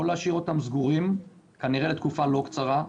או להשאיר אותם סגורים, כנראה לתקופה לא קצרה,